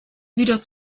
wieder